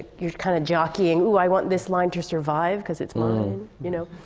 you're kind of jockeying, ooh, i want this line to survive, cuz it's mine. you know.